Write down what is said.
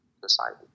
society